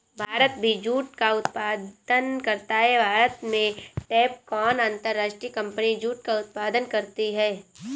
भारत भी जूट का उत्पादन करता है भारत में टैपकॉन अंतरराष्ट्रीय कंपनी जूट का उत्पादन करती है